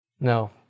No